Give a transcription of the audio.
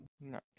No